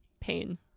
pain